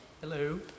Hello